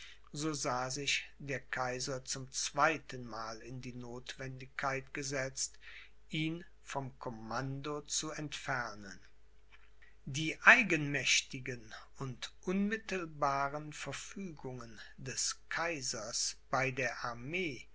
so sah sich der kaiser zum zweitenmal in die notwendigkeit gesetzt ihn vom commando zu entfernen die eigenmächtigen und unmittelbaren verfügungen des kaisers bei der armee